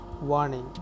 warning